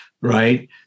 right